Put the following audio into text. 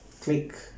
click